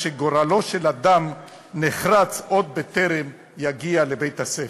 שגורלו של אדם נחרץ עוד בטרם יגיע לבית-הספר.